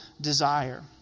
desire